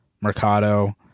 Mercado